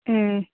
ம்